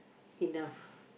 enough